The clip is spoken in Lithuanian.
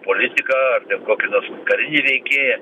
politika ar ten kokie nors kariniai veikėjai